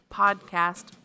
podcast